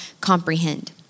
comprehend